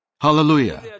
Hallelujah